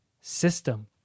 system